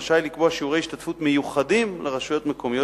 רשאי לקבוע שיעורי השתתפות מיוחדים לרשויות מקומיות